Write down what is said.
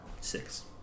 six